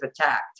attacked